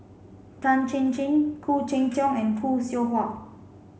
Tan Chin Chin Khoo Cheng Tiong and Khoo Seow Hwa